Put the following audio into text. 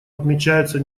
отмечаются